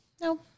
No